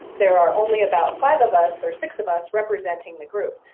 there are only about five of us or six of us representing the group.